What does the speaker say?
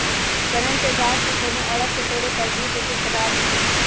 कनइल के गाछ के कोनो अङग के तोरे पर दूध जकति पदार्थ निकलइ छै